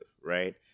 right